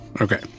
Okay